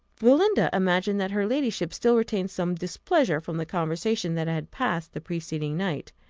belinda imagined that her ladyship still retained some displeasure from the conversation that had passed the preceding night,